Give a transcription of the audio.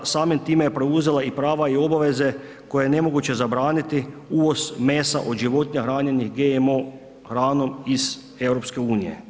Samim time je preuzela i prava i obaveze koje je nemoguće zabraniti, uvoz mesa od životinja hranjenih GMO hranom iz EU.